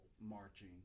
marching